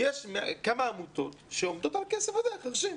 יש כמה עמותות שעומדות על זה, החרשים.